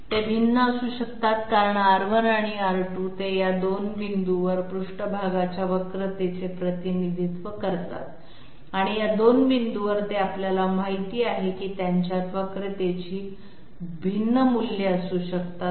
ते भिन्न असू शकतात कारण R1 आणि R2 ते या 2 बिंदूंवर पृष्ठभागाच्या वक्रतेचे प्रतिनिधित्व करतात आणि या 2 बिंदूंवर ते आपल्याला माहित आहेत की त्यांच्यात वक्रतेची भिन्न मूल्ये असू शकतात